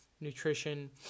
nutrition